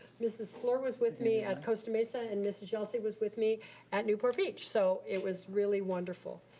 mrs. flor was with me at costa mesa, and mrs. yelsey was with me at newport beach. so it was really wonderful,